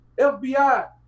FBI